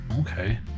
okay